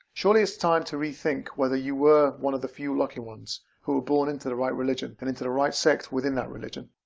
surely it's it's time to rethink whether you were one of the few lucky ones who were born into the right religion and into the right sect within that religion.